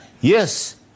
Yes